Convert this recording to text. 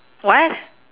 what